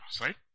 right